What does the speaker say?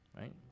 right